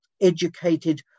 educated